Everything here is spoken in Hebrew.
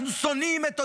אנחנו שונאים את אויבינו,